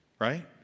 right